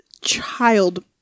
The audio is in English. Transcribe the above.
child